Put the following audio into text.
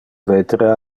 vetere